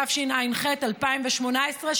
התשע"ח 2018,